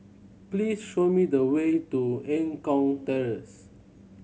please show me the way to Eng Kong Terrace